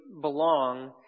belong